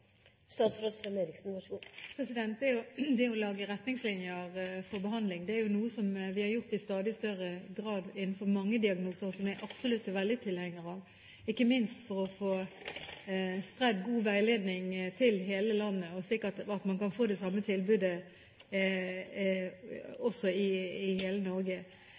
Det å lage retningslinjer for behandling er noe som vi har gjort i stadig større grad innenfor mange diagnoser, og som jeg absolutt er tilhenger av, ikke minst for å få spredd god veiledning til hele landet, slik at man kan få det samme tilbudet i hele Norge.